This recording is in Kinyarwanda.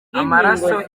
amaraso